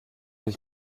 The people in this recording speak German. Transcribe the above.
ich